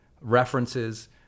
references